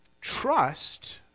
trust